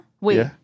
Wait